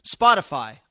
Spotify